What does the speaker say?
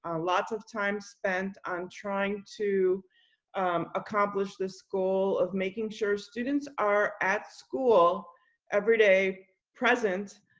lots of time spent on trying to accomplish this goal of making sure students are at school every day present.